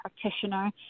practitioner